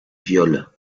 viol